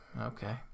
Okay